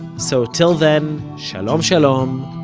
so till then, shalom shalom,